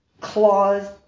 claws